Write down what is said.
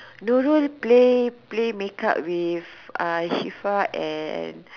Nurul play play make up with uh Shifa and